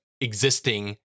existing